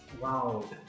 wow